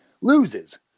loses